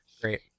Great